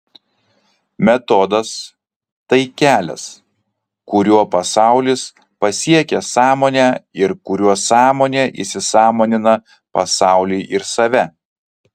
metodas tai kelias kuriuo pasaulis pasiekia sąmonę ir kuriuo sąmonė įsisąmonina pasaulį ir save